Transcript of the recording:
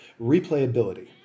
replayability